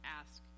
ask